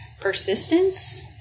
persistence